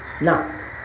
Now